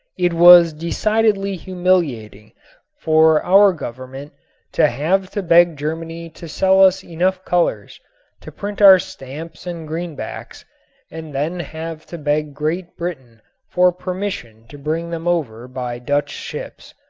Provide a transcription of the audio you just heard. it was decidedly humiliating for our government to have to beg germany to sell us enough colors to print our stamps and greenbacks and then have to beg great britain for permission to bring them over by dutch ships.